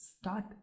Start